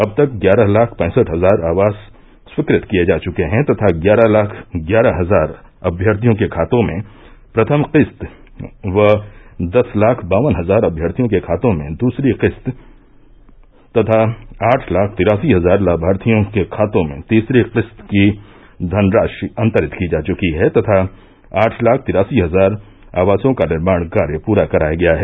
अब तक ग्यारह लाख पैंसठ हजार आवास स्वीकृत किये जा चुके हैं तथा ग्यारह लाख ग्यारह हजार अभ्यर्थियों के खातों में प्रथम किस्त व दस लाख बावन हजार अभ्यर्थियों के खातों में दूसरी किस्त तथा आठ लाख तिरासी हजार लाभार्थियों के खातों में तीसरी किस्त की धनराशि अन्तरित की जा चुकी है तथा आठ लाख तिरासी हजार आवासों का निर्माण कार्य पूरा कराया गया है